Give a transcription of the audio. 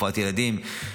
רפואת ילדים,